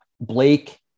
Blake